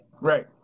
Right